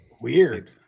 weird